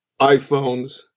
iPhones